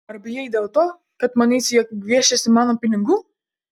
ar bijai dėl to kad manysiu jog gviešiesi mano pinigų